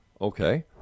Okay